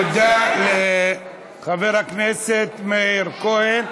תודה לחבר הכנסת מאיר כהן.